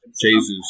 Jesus